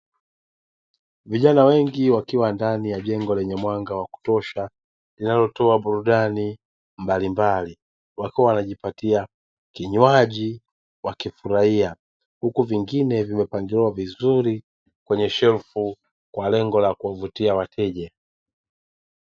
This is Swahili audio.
Vijana wengi wakiwa ndani ya jengo lenye mwanga wa kutosha linalotoa burudani mbalimbali, wakiwa wanajipatia kinywaji wakifurahia huku vingine vikiwa vimepangiliwa vizuri kwenye shelfu kwa lengo la kuwavutia wateja.